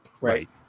Right